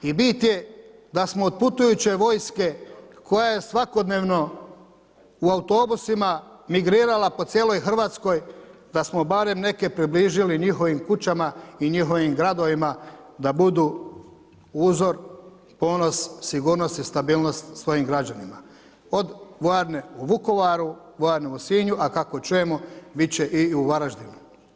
I bit je da smo od putujuće vojske koja je svakodnevno u autobusima migrirala po cijeloj Hrvatskoj, da smo barem neke približili njihovim kućama i njihovim gradovima da budu uzor, ponos, sigurnost i stabilnost svojim građanima, od vojarne u Vukovaru, vojarne u Sinju, a kako čujemo bit će i u Varaždinu.